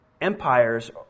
empires